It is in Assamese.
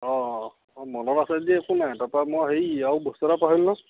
অঁ মনত আছে যদি একো নাই তাৰপৰা মই হেৰি আৰু বস্তু এটা পাহৰিলোঁ নহয়